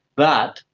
but,